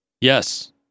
Yes